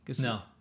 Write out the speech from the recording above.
no